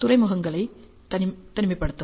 துறைமுகங்களை தனிமைப்படுத்தவும்